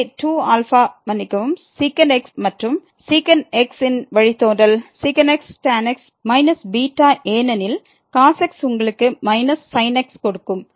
எனவே 2α மன்னிக்கவும் sec x மற்றும் sec x இன் வழித்தோன்றல் sec x tan x β ஏனெனில் cos x உங்களுக்கு sin x கொடுக்கும்